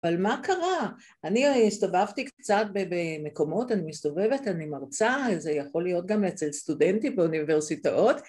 ‫אבל מה קרה? אני הסתובבתי קצת ‫במקומות, אני מסתובבת, אני מרצה, ‫זה יכול להיות גם אצל סטודנטים ‫באוניברסיטאות.